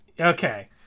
okay